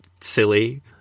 silly